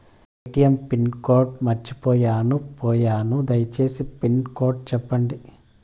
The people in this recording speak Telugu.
ఎ.టి.ఎం పిన్ కోడ్ మర్చిపోయాను పోయాను దయసేసి పిన్ కోడ్ సెప్పండి?